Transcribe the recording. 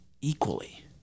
equally